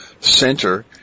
center